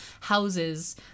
houses